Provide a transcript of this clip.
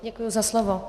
Děkuji za slovo.